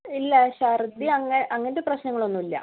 ഇല്ല ഛർദ്ദി അങ്ങനത്തെ പ്രശ്നങ്ങളൊന്നും ഇല്ല